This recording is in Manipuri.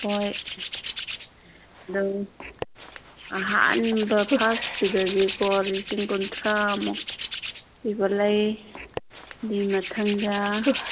ꯍꯣꯏ ꯑꯗꯣ ꯑꯍꯥꯟꯕ ꯐꯥꯔꯁꯇꯨꯗꯗꯤꯀꯣ ꯂꯤꯁꯤꯡ ꯀꯨꯟꯊ꯭ꯔꯥꯃꯨꯛ ꯄꯤꯕ ꯂꯩ ꯑꯗꯨꯒꯤ ꯃꯊꯪꯗ